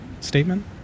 statement